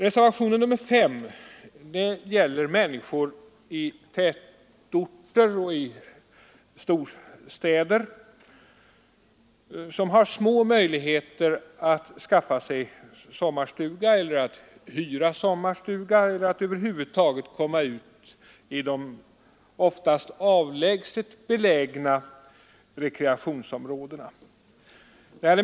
Reservationen 5 gäller människor i tätorter och i storstäder som har små möjligheter att skaffa sig eller hyra sommarstuga eller att över huvud taget komma ut i de oftast avlägset liggande rekreationsområdena.